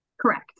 Correct